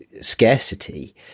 scarcity